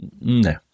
No